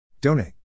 Donate